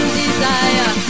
desire